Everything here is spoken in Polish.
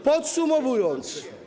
Podsumowując.